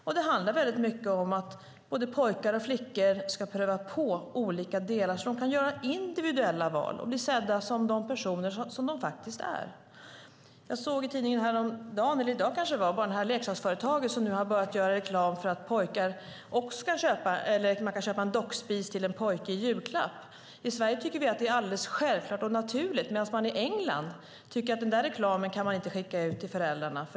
Och det handlar väldigt mycket om att både pojkar och flickor ska pröva på olika delar så att de kan göra individuella val och bli sedda som de personer som de faktiskt är. Jag läste i tidningen häromdagen om ett leksaksföretag som nu har börjat göra reklam som visar att man kan köpa en dockspis till en pojke i julklapp. I Sverige tycker vi att det är alldeles självklart och naturligt, medan man i England tycker att den där reklamen går inte att skicka ut till föräldrarna.